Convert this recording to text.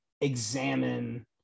examine